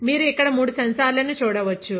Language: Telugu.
మీరు ఇక్కడ మూడు సెన్సార్ లను చూడవచ్చు